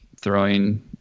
throwing